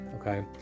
Okay